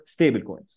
stablecoins